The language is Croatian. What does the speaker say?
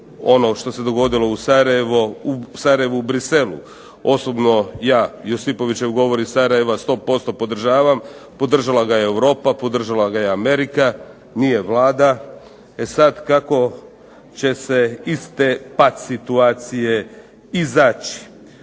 onog što se dogodilo u Sarajevu i u Bruxellesu, osobno ja Josipovićev govor iz Sarajeva 100% podržavam, podržala ga je Europa, podržala ga je Amerika, nije Vlada, e sada kako će se iz te situacije izaći.